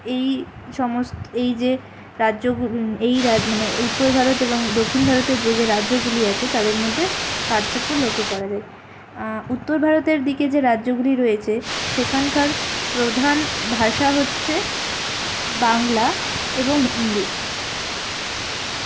এই সমস্ত এই যে রাজ্য এই রা মানে উত্তর ভারত এবং দক্ষিণ ভারতের যে যে রাজ্যগুলি আছে তাদের মধ্যে পার্থক্য লক্ষ্য করা যায় উত্তর ভারতের দিকে যে রাজ্যগুলি রয়েছে সেখানকার প্রধান ভাষা হচ্চে বাংলা এবং হিন্দি